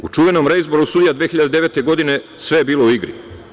U čuvenom reizboru sudija 2009. godine sve je bilo u igri.